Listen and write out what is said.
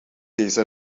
deze